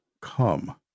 come